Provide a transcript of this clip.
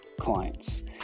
clients